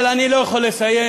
אבל אני לא יכול לסיים,